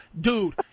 Dude